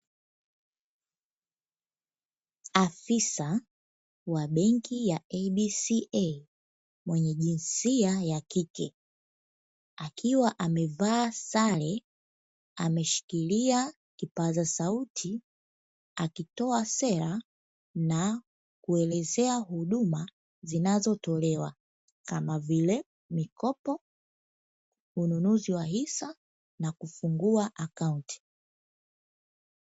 Afisa wa benki ya "ABSA" mwenye jinsia ya kike akiwa amevaa sare ameshikilia kipaza sauti akitoa sera na kuelezea huduma zinazotolewa kama vile mikopo, ununuzi wa hisa na kufungua akaunti.